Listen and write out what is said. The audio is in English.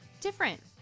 different